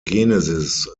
genesis